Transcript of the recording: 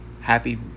Happy